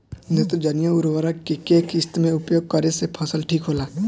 नेत्रजनीय उर्वरक के केय किस्त मे उपयोग करे से फसल ठीक होला?